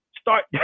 start